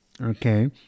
okay